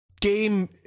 game